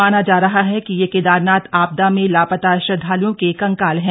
माना जा रहा है कि ये केदारनाथ आपदा में लापता श्रद्वालुओं के कंकाल हैं